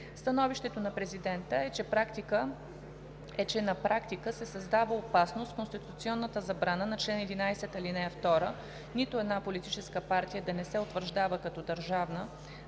Становището на президента е, че на практика се създава опасност конституционната забрана на чл. 11, ал. 2 – нито една политическа партия да не се утвърждава като държавна